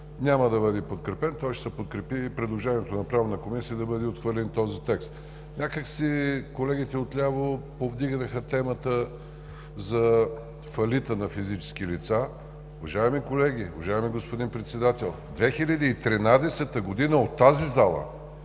няма да бъде подкрепен. Тоест ще се подкрепи предложението на Правната комисия да бъде отхвърлен този текст. Някак си колегите отляво повдигнаха темата за фалита на физически лица. Уважаеми колеги, уважаеми господин Председател, през 2013 г. от тази зала